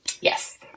Yes